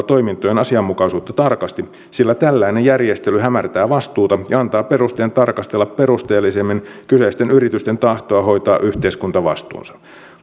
toimintojen asianmukaisuutta tarkasti sillä tällainen järjestely hämärtää vastuuta ja antaa perusteen tarkastella perusteellisemmin kyseisten yritysten tahtoa hoitaa yhteiskuntavastuunsa